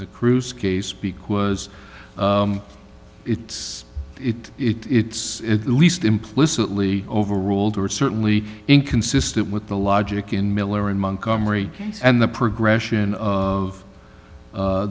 the cruise case speak was it's it it's at least implicitly overruled or certainly inconsistent with the logic in miller in montgomery and the progression of